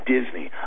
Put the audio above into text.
Disney